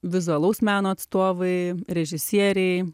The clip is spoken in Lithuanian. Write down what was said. vizualaus meno atstovai režisieriai